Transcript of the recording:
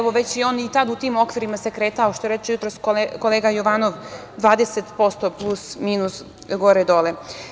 Već se tada on u tim okvirima kretao, kao što reče jutros kolega Jovanov, 20%, plus minus, gore dole.